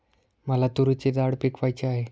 मला तूरीची डाळ पिकवायची आहे